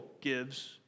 gives